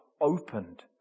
opened